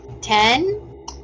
Ten